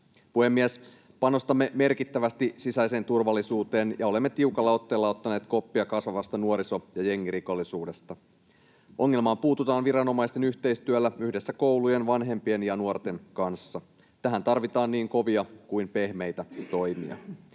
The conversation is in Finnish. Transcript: Puhemies! Panostamme merkittävästi sisäiseen turvallisuuteen ja olemme tiukalla otteella ottaneet koppia kasvavasta nuoriso- ja jengirikollisuudesta. Ongelmaan puututaan viranomaisten yhteistyöllä yhdessä koulujen, vanhempien ja nuorten kanssa. Tähän tarvitaan niin kovia kuin pehmeitä toimia.